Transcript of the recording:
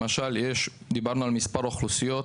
למשל, יוליה דיברה על מספר אוכלוסיות